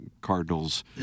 Cardinals